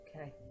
Okay